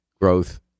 growth